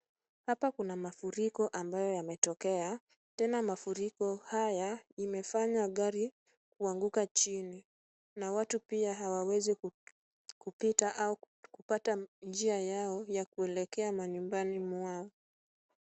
Hapa kuna mafuriko ambayo yametokea, tena mafuriko haya imefanya gari kuanguka chini na watu pia hawawezi kupita au kupata njia yao ya kuelekea manyumbani mwao.